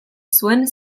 zuen